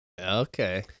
Okay